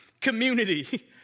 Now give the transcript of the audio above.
community